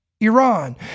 Iran